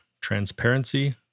transparency